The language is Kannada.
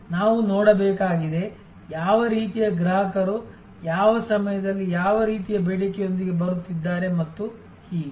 ನಾವು ನೋಡಬೇಕಾಗಿದೆ ಯಾವ ರೀತಿಯ ಗ್ರಾಹಕರು ಯಾವ ಸಮಯದಲ್ಲಿ ಯಾವ ರೀತಿಯ ಬೇಡಿಕೆಯೊಂದಿಗೆ ಬರುತ್ತಿದ್ದಾರೆ ಮತ್ತು ಹೀಗೆ